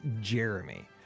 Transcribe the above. Jeremy